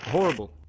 Horrible